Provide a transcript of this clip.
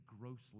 grossly